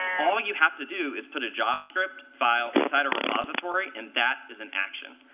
all you have to do is put a javascript file inside a repository, and that is an action.